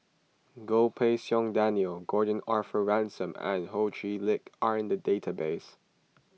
Goh Pei Siong Daniel Gordon Arthur Ransome and Ho Chee Lick are in the database